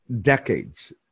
decades